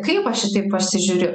kaip aš į tai pasižiūriu